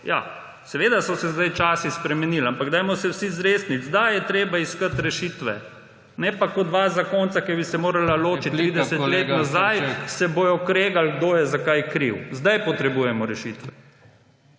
Seveda so se sedaj časi spremenili, ampak dajmo se vsi zresniti. Sedaj je treba iskati rešitve. Ne pa kot dva zakonca, ki bi se morala ločiti 30 let nazaj, se bodo kregali, kdo je za kaj kriv. Sedaj potrebujemo rešitve.